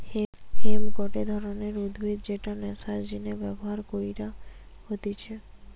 hemp গটে ধরণের উদ্ভিদ যেটা নেশার জিনে ব্যবহার কইরা হতিছে